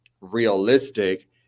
realistic